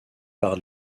par